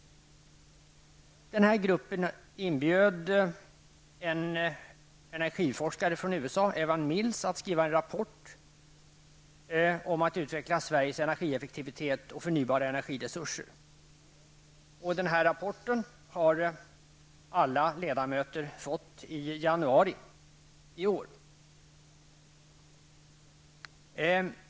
Denna grupp inbjöd en energiforskare från USA, Evan Mills, att skriva en rapport om att utveckla Sveriges energi effektivetet och förnybara energiresurser. Denna rapport har alla ledamöter fått i januari i år.